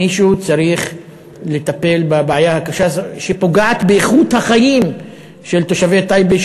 מישהו צריך לטפל בבעיה הקשה שפוגעת באיכות החיים של תושבי טייבה,